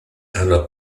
ano